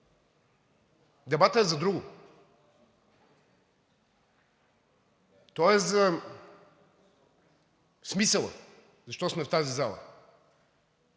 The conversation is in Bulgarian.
Дебатът е за друго. Той е за смисъла защо сме в тази зала.